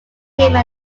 became